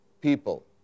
people